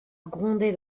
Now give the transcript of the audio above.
gronder